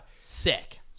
sick